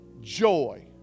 joy